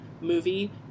movie